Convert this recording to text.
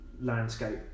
landscape